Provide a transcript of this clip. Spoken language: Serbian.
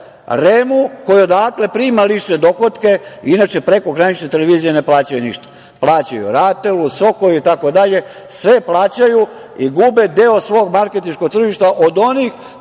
REM-u koji odatle prima lične dohotke. Inače, prekogranične televizije ne plaćaju ništa. Plaćaju RATEL-u, SOKOJ-u itd, sve plaćaju i gube deo svog marketinškog tržišta od onih